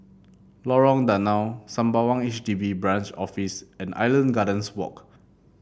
Lorong Danau Sembawang H D B Branch Office and Island Gardens Walk